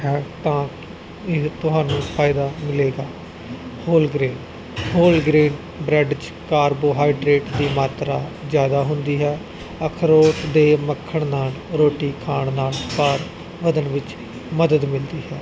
ਹੈ ਤਾਂ ਤੁਹਾਨੂੰ ਫਾਇਦਾ ਮਿਲੇਗਾ whole grain whole grain bread 'ਚ ਕਾਰਬੋਹਾਈਡਰੇਟ ਦੀ ਮਾਤਰਾ ਜ਼ਿਆਦਾ ਹੁੰਦੀ ਹੈ ਅਖਰੋਟ ਦੇ ਮੱਖਣ ਨਾਲ ਰੋਟੀ ਖਾਣ ਨਾਲ ਭਾਰ ਵਧਣ ਵਿੱਚ ਮਦਦ ਮਿਲਦੀ ਹੈ